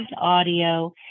audio